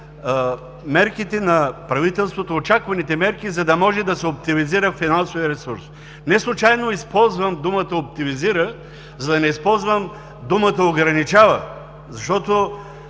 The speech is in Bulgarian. мерките на правителството, очакваните мерки, за да може да се оптимизира финансовият ресурс. Неслучайно използвам думата „оптимизира“, за да не използвам думата „ограничава“.